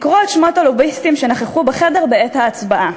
לקרוא את שמות הלוביסטים שנכחו בחדר בעת ההצבעה.